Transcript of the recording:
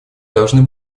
должны